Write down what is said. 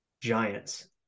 Giants